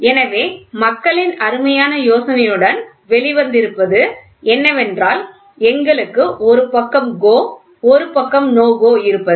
எனவே மக்களின் அருமையான யோசனையுடன் வெளி வந்திருப்பது என்னவென்றால் எங்களுக்கு ஒரு பக்கம் GO ஒரு பக்கம் NO GO இருப்பது